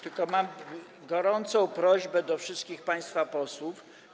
Tylko mam gorącą prośbę do wszystkich państwa posłów.